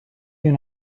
you